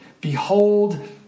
Behold